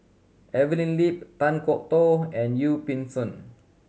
Evelyn Lip Kan Kwok Toh and Yee Pun Siew